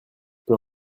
peux